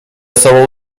sobą